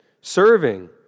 serving